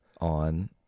on